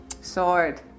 sword